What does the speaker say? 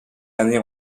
années